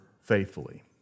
faithfully